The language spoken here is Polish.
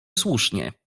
słusznie